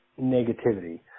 negativity